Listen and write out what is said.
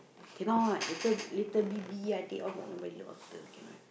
cannot later later Bibi adik they all got nobody look after cannot